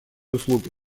услуги